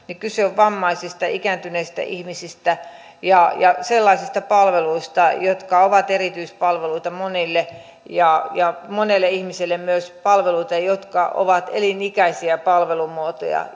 kyse on vammaisista ja ikääntyneistä ihmisistä ja ja sellaisista palveluista jotka ovat erityispalveluita monille ja ja monelle ihmiselle myös palveluita jotka ovat elinikäisiä palvelumuotoja